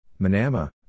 Manama